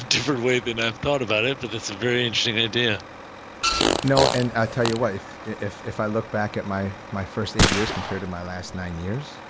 differently than i have thought about it, but it's a very interesting idea no, and i tell your wife, if if i look back at my my first eight years compared to my last nine years